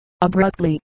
Abruptly